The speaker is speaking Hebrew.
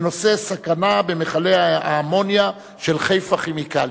בנושא: סכנה במכל האמוניה של "חיפה כימיקלים".